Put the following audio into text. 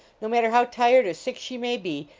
no matter how tired or sick she may be,